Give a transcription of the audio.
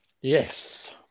Yes